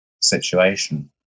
situation